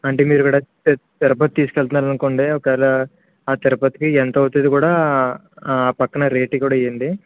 అంటే మీరు కూడా తి తిరుపతి తీసుకు వెళ్తున్నారనుకోండి ఒకవేళ ఆ తిరుపతికి ఎంత అవుతుంది కూడా ఆ పక్కన రేటు కూడా ఇవ్వండి